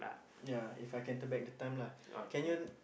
ya If I can turn back the time lah can you